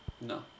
No